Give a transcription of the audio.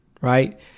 right